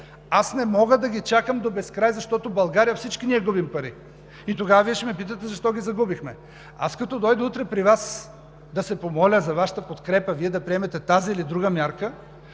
не мога да ги чакам до безкрай, защото в България всички ние губим пари! Тогава Вие ще ме питате: защо ги загубихме? Като дойда утре при Вас да се помоля за Вашата подкрепа – да приемете тази или друга мярка,